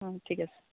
অঁ ঠিক আছে